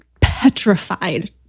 petrified